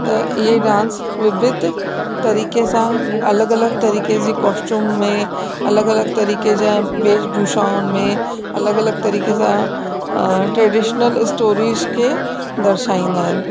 त इहे डांस विविध तरीक़े सां अलॻि अलॻि तरीक़े जी कॉस्ट्यूम में अलॻि अलॻि तरीक़े जा वेश भूषाउनि में अलॻि अलॻि तरीक़े जा ट्रेडीशनल स्टोरीज़ खे दर्शाईंदा आहिनि